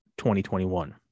2021